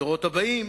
הדורות הבאים,